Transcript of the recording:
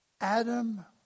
Adam